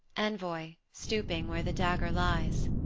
envoy, stooping where the dagger lies.